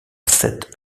sept